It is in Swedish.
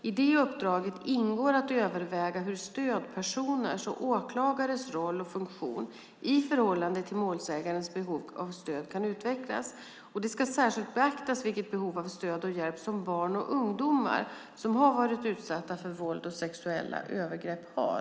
I det uppdraget ingår att överväga hur stödpersoners och åklagares roll och funktion i förhållande till målsägandens behov av stöd kan utvecklas. Det ska särskilt beaktas vilket behov av stöd och hjälp som barn och ungdomar som har varit utsatta för våld eller sexuella övergrepp har.